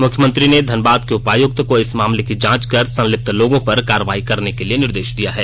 मुख्यमंत्री ने धनबाद के उपायुक्त को इस मामले की जांच कर संलिप्त लोगों पर कार्रवाई करने के लिए निर्देश दिया है